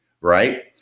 right